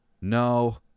no